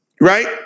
right